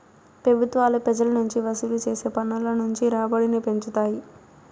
పెబుత్వాలు పెజల నుంచి వసూలు చేసే పన్నుల నుంచి రాబడిని పెంచుతాయి